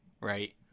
right